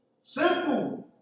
simple